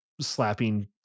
slapping